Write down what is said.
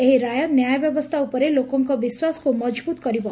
ଏହି ରାୟ ନ୍ୟାୟ ବ୍ୟବସ୍ରା ଉପରେ ଲୋକଙ୍କ ବିଶ୍ୱାସକୁ ମଜଭୁତ କରିବ